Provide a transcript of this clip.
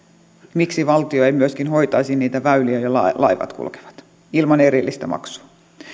miksi valtio ei myöskin hoitaisi niitä väyliä joilla laivat kulkevat ilman erillistä maksua